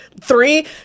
three